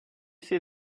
see